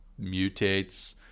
mutates